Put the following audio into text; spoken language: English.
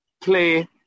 play